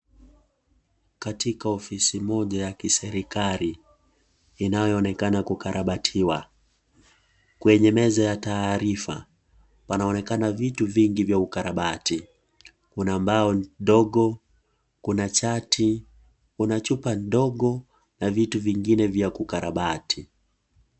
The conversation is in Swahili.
Katika ofisi moja ya kiserikari, inayoonekana kukarabatiwa. Kwenye meza ya taarifa, panaonekana vitu vingi vya ukarabati. Kuna mbao ndogo, kuna chati, kuna chupa ndogo, na vitu vingine vya kukarabati.